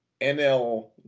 NL